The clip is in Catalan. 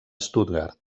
stuttgart